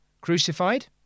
Crucified